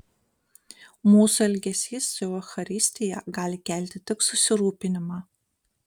mūsų elgesys su eucharistija gali kelti tik susirūpinimą